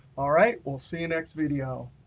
all right, we'll see you next video.